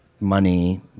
money